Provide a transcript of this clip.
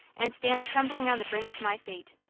and stand trembling on the brink of my fate.